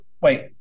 wait